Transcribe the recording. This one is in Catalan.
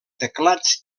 teclats